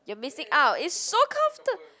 you're missing out it's so comforta~